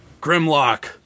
Grimlock